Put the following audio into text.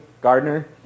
Gardner